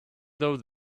though